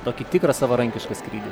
tokį tikrą savarankišką skrydį